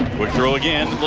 quick throw again.